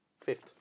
fifth